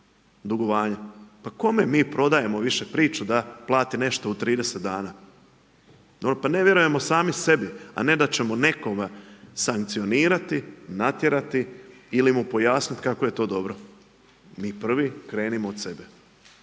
dugovanja. Pa kome mi prodajemo više priču da plati nešto u 30 dana. Pa ne vjerujemo sami sebe, a ne da ćemo nekoga sankcionirati, natjerati ili mu pojasniti kako je to dobro, mi prvi krenimo od sebe.